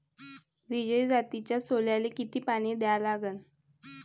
विजय जातीच्या सोल्याले किती पानी द्या लागन?